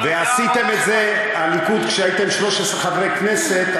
ועשיתם את זה, הליכוד, כשהייתם 13 חברי כנסת.